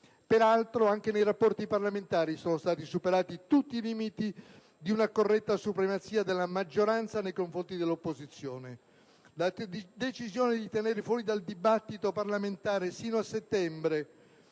Peraltro, anche nei rapporti parlamentari sono stati superati tutti i limiti di una corretta supremazia della maggioranza nei confronti dell'opposizione. La decisione di tenere fuori dal dibattito parlamentare sino a settembre